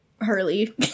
Hurley